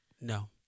No